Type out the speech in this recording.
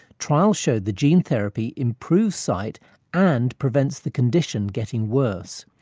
trials showed the gene therapy improves sight and prevents the condition getting worse.